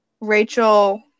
Rachel